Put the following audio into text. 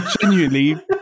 genuinely